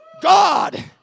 God